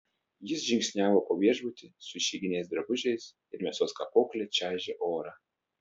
jis žingsniavo po viešbutį su išeiginiais drabužiais ir mėsos kapokle čaižė orą